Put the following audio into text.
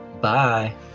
bye